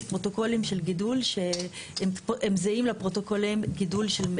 פרוטוקולים של גידול שהם זהים לפרוטוקולי הגידול של,